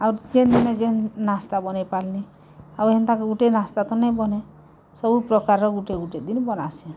ଆଉ ଯେନ୍ ଯେନ୍ ନାସ୍ତା ବନେଇପାର୍ଲି ଆଉ ହେନ୍ତା ଗୁଟେ ନାସ୍ତା ନାଇ ବନେ ସବୁ ପ୍ରକାରର ଗୁଟେ ଗୁଟେ ଦିନ୍ ବନାସିଁ